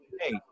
hey